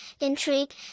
intrigue